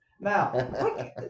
Now